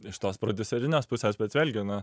iš tos prodiuserinės pusės bet vėlgi na